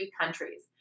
countries